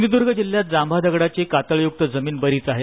सिंधूर्द्ग जिल्ह्यातजांभा दगडाची कातळयुक्त जमीन बरीच आहे